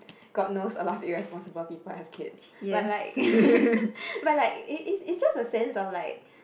god knows a lot of irresponsible people have kids but like but like it it it's just a sense of like